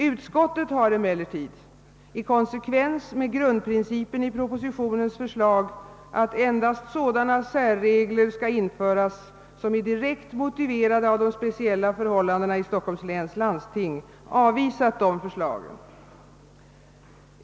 Utskottet har emellertid, i konsekvens med grundprincipen i propositionens förslag att endast sådana särregler skall införas som är direkt motiverade av de speciella förhållandena i Stockholms läns landsting, avvisat dessa förslag.